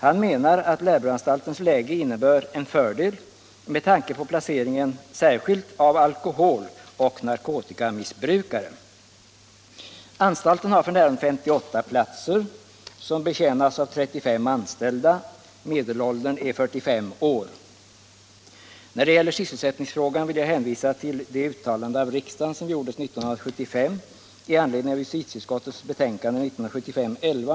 Han menar att Lärbroanstaltens läge innebär en fördel med tanke på placeringen av alkoholoch narkotikamissbrukare. Anstalten har f.n. 58 platser, som betjänas av 35 anställda med en medelålder på 45 år. När det gäller sysselsättningsfrågan vill jag hänvisa till det uttalande av riksdagen som gjordes 1975 i anledning av justitieutskottets betänkande 1975:11.